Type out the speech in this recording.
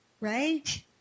right